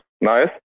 nice